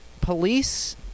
police